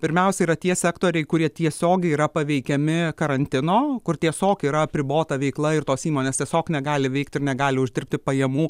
pirmiausia yra tie sektoriai kurie tiesiogiai yra paveikiami karantino kur tiesiog yra apribota veikla ir tos įmonės tiesiog negali veikt ir negali uždirbti pajamų